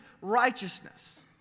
righteousness